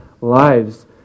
lives